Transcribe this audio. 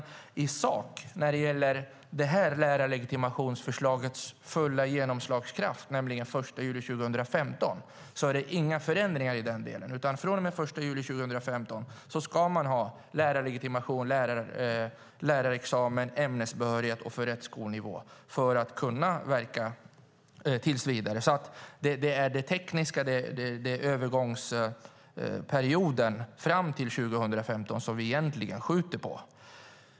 Men i sak, när det gäller lärarlegitimationsförslagets fulla genomslagskraft - den 1 juli 2015 - är det inga förändringar. Från och med den 1 juli 2015 gäller att man ska ha lärarlegitimation, lärarexamen och ämnesbehörighet, för rätt skolnivå, för att kunna verka tills vidare. Det är det tekniska, övergångsperioden fram till år 2015, som vi egentligen skjuter på.